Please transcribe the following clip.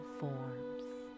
forms